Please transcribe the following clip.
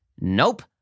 Nope